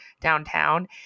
downtown